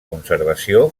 conservació